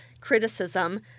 criticism